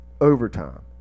overtime